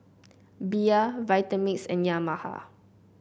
Bia Vitamix and Yamaha